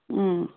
ꯎꯝ